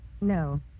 No